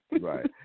Right